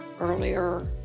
earlier